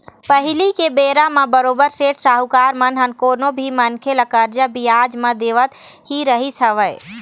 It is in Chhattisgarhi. पहिली के बेरा म बरोबर सेठ साहूकार मन ह कोनो भी मनखे ल करजा बियाज म देवत ही रहिस हवय